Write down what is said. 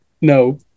No